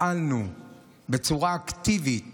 פעלנו בצורה אקטיבית